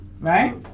right